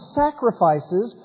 sacrifices